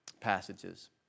passages